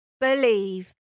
believe